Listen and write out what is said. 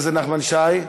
חבר הכנסת נחמן שי,